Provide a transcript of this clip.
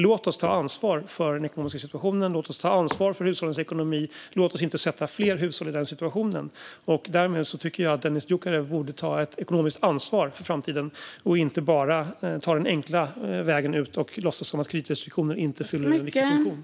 Låt oss ta ansvar för den ekonomiska situationen och för hushållens ekonomi - låt oss inte sätta fler hushåll i den situationen! Jag tycker att Dennis Dioukarev borde ta ett ekonomiskt ansvar för framtiden och inte bara ta den enkla vägen ut genom att låtsas att kreditrestriktioner inte fyller en viktig funktion.